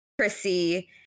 Chrissy